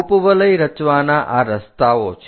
ઉપવલય રચવાના આ રસ્તાઓ છે